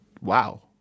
wow